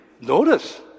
notice